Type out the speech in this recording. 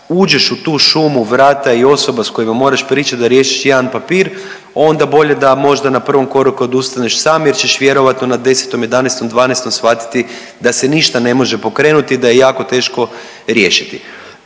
uđeš u tu šumu vrata i osoba s kojima moraš pričat da riješiš jedan papir onda bolje da možda na prvom koraku odustaneš sam jer ćeš vjerojatno na 10., 11. i 12. shvatiti da se ništa ne može pokrenuti i da je jako teško riješiti.